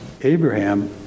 Abraham